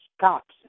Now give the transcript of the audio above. cops